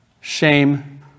Shame